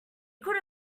could